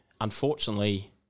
unfortunately